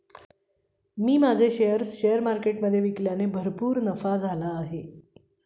मी माझे shares share मार्केटमधे विकल्याने भरपूर नफा झाला आहे